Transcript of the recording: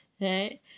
Right